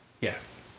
Yes